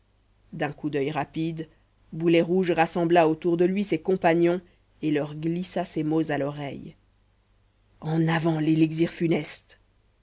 d'un coup d'oeil rapide boulet rouge rassembla autour de lui ses compagnons et leur glissa ces mots à l'oreille en avant l'élixir funeste